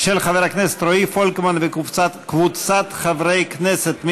של חבר הכנסת רועי פולקמן וקבוצת חברי הכנסת.